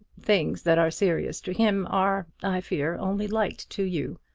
things that are serious to him are, i fear, only light to you.